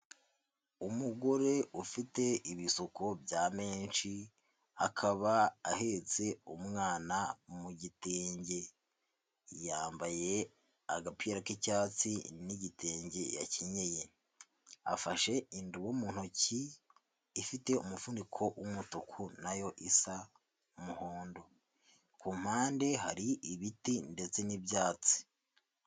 Umugore ufite ibisuko bya meshi akaba ahetse umwana mu gitenge, yambaye agapira k'icyatsi n'igitenge yakenyeye, afashe indobo mu ntoki ifite umufuniko w'umutuku nayo isa umuhondo, ku mpande hari ibiti ndetse n'ibyatsi.